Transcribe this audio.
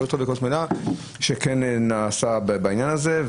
שלושת-רבעי כוס מלאה שנעשה בעניין הזה,